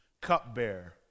cupbearer